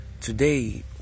today